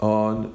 on